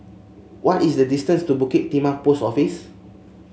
what is the distance to Bukit Timah Post Office